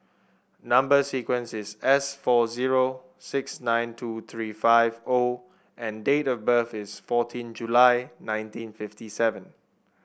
number sequence is S four zero six nine two three five O and date of birth is fourteen July nineteen fifty seven